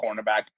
cornerback